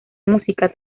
música